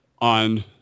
on